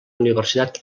universitat